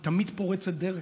היא תמיד פורצת דרך,